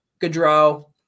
Gaudreau